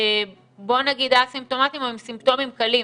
בוא נגיד א-סימפטומטיים או עם סימפטומים קלים.